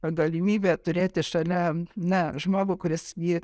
galimybė turėti šalia ne žmogų kuris jį